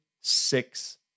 six